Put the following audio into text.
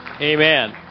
Amen